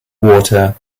water